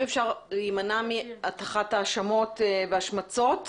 אם אפשר, להימנע מהטחת האשמות והשמצות